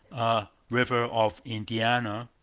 a river of indiana,